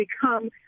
become